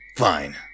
fine